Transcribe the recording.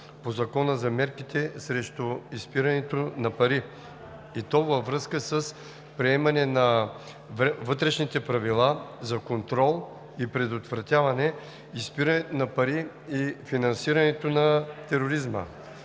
по Закона за мерките срещу изпирането на пари, и то във връзка с приемането на Вътрешните правила за контрол и предотвратяване изпирането на пари и финансирането на тероризма.